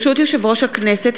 ברשות יושב-ראש הכנסת,